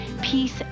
peace